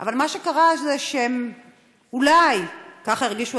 אבל מה שקרה זה שהם אולי הרגישו,